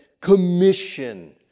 commission